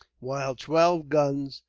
while twelve guns,